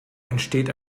entsteht